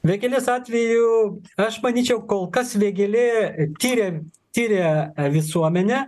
vėgėlės atveju aš manyčiau kol kas vėgėlė tiria tiria visuomenę